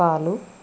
పాలు